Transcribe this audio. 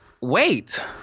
wait